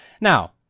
Now